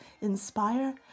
inspire